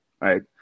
right